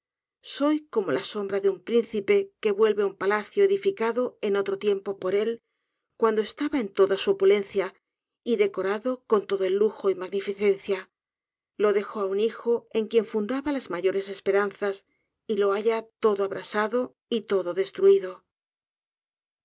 soy como la sombra de un príncipe que vuelve á un palacio edificado en otro tiempo por él cuando estaba en toda su opulencia y decorado con todo lujo y magnificencia lo dejó á un hijo en quien fundaba las mayores esperanzas y lo halla todo abrasado y todo destruido